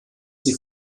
sie